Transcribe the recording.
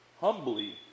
humbly